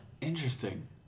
Interesting